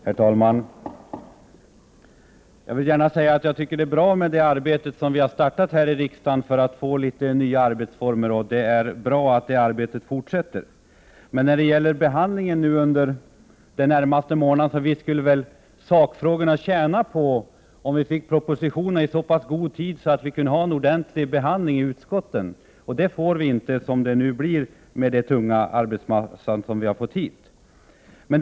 Herr talman! Jag tycker att det är bra att det arbete som påbörjats för att riksdagen skall få nya arbetsformer fortsätter. Men när det gäller arbetet under den närmaste månaden skulle sakfrågorna tjäna på om riksdagen fick I propositionerna i så god tid att en ordentlig behandling av ärendena kunde göras i utskotten. Så blir inte fallet på grund av den stora arbetsmängd som utskotten har fått.